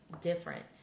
different